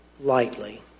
lightly